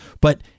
but-